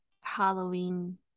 halloween